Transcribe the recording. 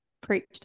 preached